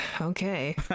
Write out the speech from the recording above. okay